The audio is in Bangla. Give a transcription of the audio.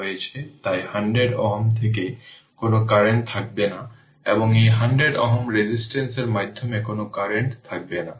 সুতরাং এখন আমরা 1টি উদাহরণ নিই এই চিত্রে i t এবং i y t নির্ধারণ করতে হবে যে I0 1 অ্যাম্পিয়ার